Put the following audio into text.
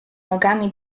nogami